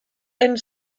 and